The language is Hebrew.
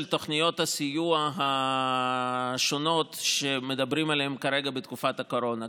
תוכניות הסיוע השונות שמדברים עליהן כרגע בתקופת הקורונה,